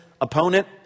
opponent